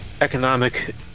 economic